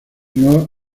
unió